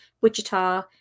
Wichita